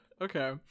okay